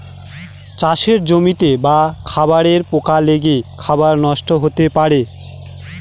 চাষের জমিতে বা খাবারে পোকা লেগে খাবার নষ্ট হতে পারে